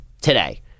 today